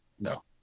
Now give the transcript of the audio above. no